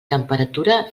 temperatura